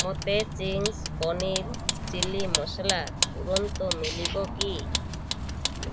ମୋତେ Ching's paneer chilli masala ତୁରନ୍ତ ମିଳିବ କି